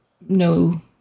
no